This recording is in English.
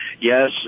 yes